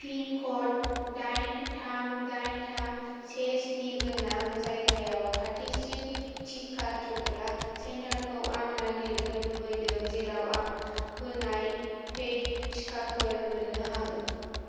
pin code दाइन थाम दाइन थाम से स्नि गोनां जायगायाव खाथिसिन टिका थुग्रा सेन्टारखौ आं नागिरनो लुबैदों जेराव आं होनाय पेड टिकाफोर मोननो हागोन